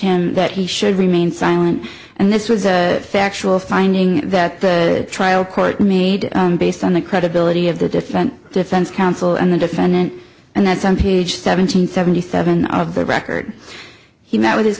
him that he should remain silent and this was a factual finding that the trial court made based on the credibility of the defendant defense counsel and the defendant and that some page seven hundred seventy seven of the record he met with his